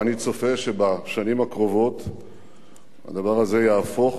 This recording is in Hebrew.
ואני צופה שבשנים הקרובות הדבר הזה יהפוך